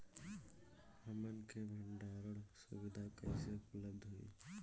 हमन के भंडारण सुविधा कइसे उपलब्ध होई?